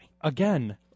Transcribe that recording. again